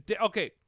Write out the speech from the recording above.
okay